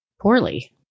poorly